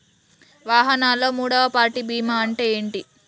వాహనాల్లో మూడవ పార్టీ బీమా అంటే ఏంటి?